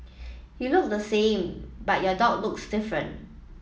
you look the same but your dog looks different